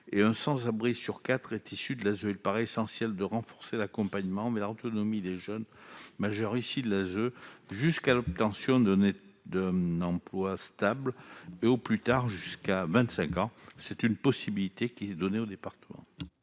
et un sans-abri sur quatre est issu de l'ASE. Il paraît essentiel de renforcer l'accompagnement vers l'autonomie des jeunes majeurs issus de l'ASE, jusqu'à ce qu'ils obtiennent un emploi stable et, au plus tard, jusqu'à 25 ans. C'est une possibilité qui est donnée aux départements.